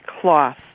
cloth